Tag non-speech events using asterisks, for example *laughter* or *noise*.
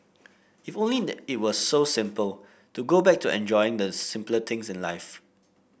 if only *unintelligible* it were so simple to go back to enjoying the simpler things in life